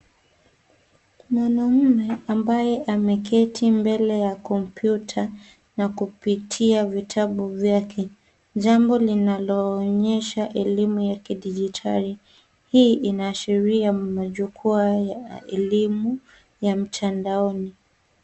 Mwanaume ambaye ameketi mbele ya kompyuta na kupitia vitabu vyake .Jambo linaloonyesha elimu ya kidijitali. Hii inaashiria ya majukumu elimu ya mtandaoni.